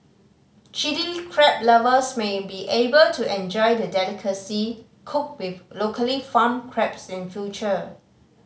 Chilli Crab lovers may be able to enjoy the delicacy cooked with locally farmed crabs in future